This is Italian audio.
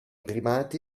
primati